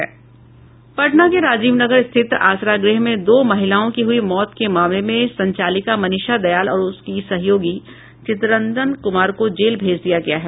पटना के राजीव नगर स्थित आसरा गृह में दो महिलाओं की हयी मौत के मामले में संचालिका मनीषा दयाल और उसके सहयोगी चिरंतन कुमार को जेल भेज दिया गया है